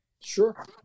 Sure